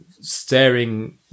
staring